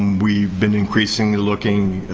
we've been increasingly looking,